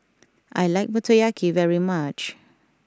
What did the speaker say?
I like Motoyaki very much